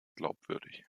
glaubwürdig